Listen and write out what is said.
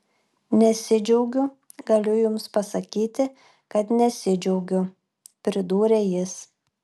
nesidžiaugiu galiu jums pasakyti kad nesidžiaugiu pridūrė jis